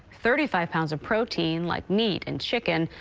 thirty five pounds of protein like meat and chicken,